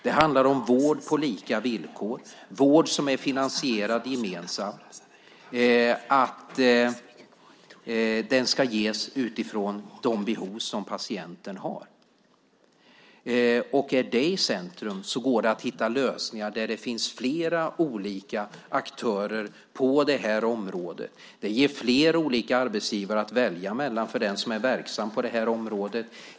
Det handlar om vård på lika villkor, att vård som är finansierad gemensamt ska ges utifrån de behov som patienten har. Om detta står i centrum går det att hitta lösningar där det finns flera olika aktörer på området. Det ger fler arbetsgivare att välja mellan för den som är verksam på det här området.